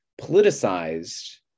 politicized